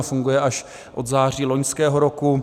Funguje až od září loňského roku.